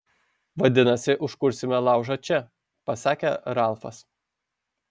vadinasi užkursime laužą čia pasakė ralfas